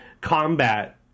combat